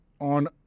on